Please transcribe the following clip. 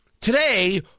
Today